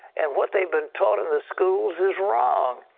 and what they've been taught in the schools is wrong.